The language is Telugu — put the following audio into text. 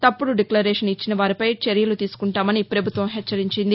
తప్పుడు డిక్లరేషన్ ఇచ్చినవారిపై చర్యలు తీసుకుంటామని ప్రపభుత్వం హెచ్చరించింది